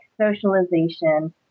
socialization